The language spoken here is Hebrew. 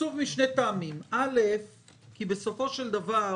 עצוב משני טעמים: ראשית, כי בסופו של דבר